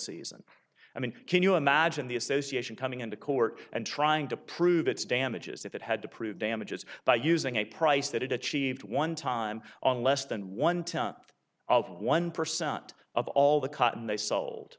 season i mean can you imagine the association coming into court and trying to prove its damages if it had to prove damages by using a price that it achieved one time on less than one tenth of one percent of all the cotton they sold